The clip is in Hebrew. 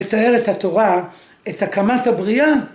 ‫לתאר את התורה, את הקמת הבריאה?